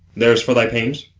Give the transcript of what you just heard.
there's for thy pains.